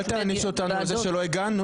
אל תעניש אותנו על זה שלא הגענו,